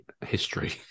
history